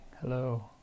Hello